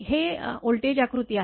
हे व्होल्टेज आकृती आहे